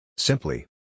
Simply